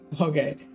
okay